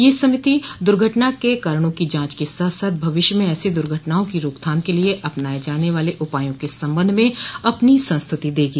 यह समिति दर्घटना के कारणों की जांच के साथ साथ भविष्य में ऐसी दुर्घटनाओं की रोकथाम के लिए अपनाये जाने वाले उपायों के संबंध में अपनी संस्तुति देगी